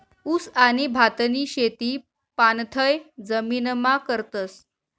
ऊस आणि भातनी शेती पाणथय जमीनमा करतस